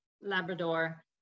Labrador